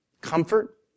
comfort